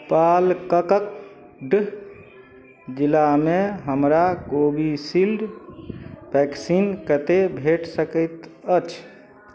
पालककड जिलामे हमरा Covishield vaccine कतेक भेटि सकैत अछि